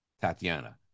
tatiana